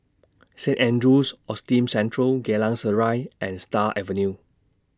Saint Andrew's Autism Central Geylang Serai and Stars Avenue